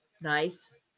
nice